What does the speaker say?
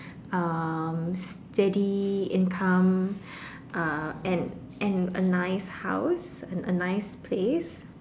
um steady income uh and and a nice house a nice place